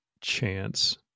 chance